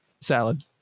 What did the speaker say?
Salad